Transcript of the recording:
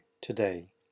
today